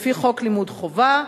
לפי חוק לימוד חובה,